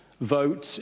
vote